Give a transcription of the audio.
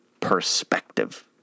perspective